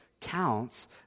counts